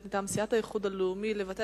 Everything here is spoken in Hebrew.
מטעם סיעת האיחוד הלאומי לבטל את החלטת ועדת